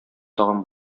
тагын